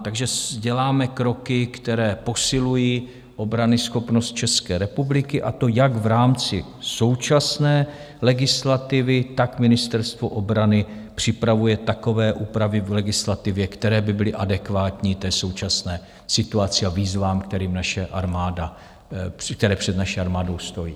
Takže děláme kroky, které posilují obranyschopnost České republiky, a to jak v rámci současné legislativy, tak Ministerstvo obrany připravuje takové úpravy v legislativě, které by byly adekvátní té současné situaci a výzvám, které před naší armádou stojí.